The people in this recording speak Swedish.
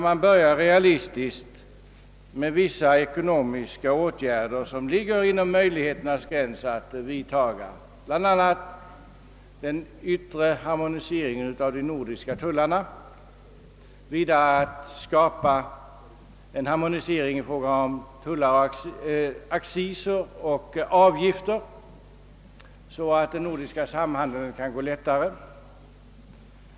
Man börjar där realistiskt med vissa ekonomiska åtgärder, som ligger inom möjligheternas gräns att vidtaga, bland annat den yttre harmoniseringen av de nordiska tullarna samt harmoniseringen i fråga om acciser och avgifter så att den nordiska samhandeln kan gå lättare.